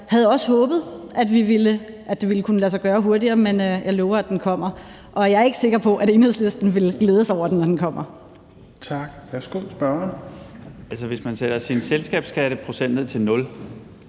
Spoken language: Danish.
jeg havde også håbet, at det ville have kunnet lade sig gøre hurtigere, men jeg lover, at den kommer, og jeg er ikke sikker på, at Enhedslisten vil glæde sig over den, når den kommer. Kl. 17:40 Tredje næstformand (Rasmus Helveg Petersen):